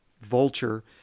vulture